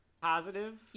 positive